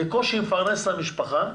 בקושי מפרנס את המשפחה,